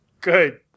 Good